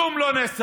כלום לא נעשה.